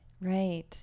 right